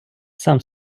сам